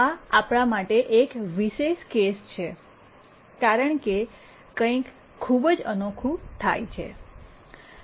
આ આપણા માટે એક વિશેષ કેસ છે કારણ કે કંઈક ખૂબ જ અનોખું થાય છે